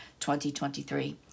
2023